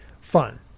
fun